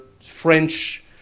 French